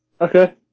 Okay